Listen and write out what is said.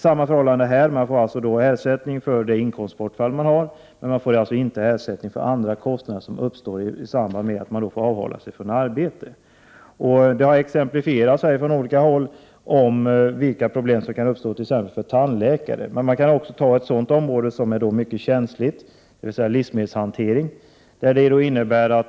Smittbäraren får alltså ersättning för sin förlorade inkomst men inte ersättning för de övriga kostnader som uppstår i samband med att vederbörande får avhålla sig från arbete. Det har från flera håll exemplifierats vilka problem som kan uppstå för tandläkare. Ett annat mycket känsligt område är livsmedelshanteringen.